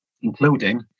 including